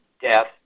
death